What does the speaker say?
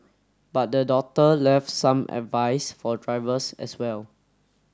but the daughter left some advice for drivers as well